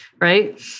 right